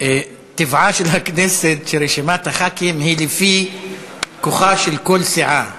טבעה של הכנסת שרשימת חברי הכנסת היא לפי כוחה של כל סיעה.